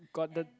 got the